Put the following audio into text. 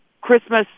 Christmas